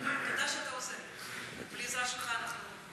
תודה שאתה עוזר לי, בלי העזרה שלך קשה.